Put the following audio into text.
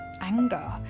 anger